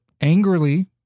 angrily